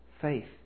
faith